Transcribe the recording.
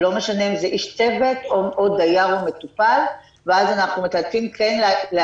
לא משנה אם זה איש צוות או דייר או מטופל ואז אנחנו מתעדפים כן לעשות